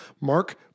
Mark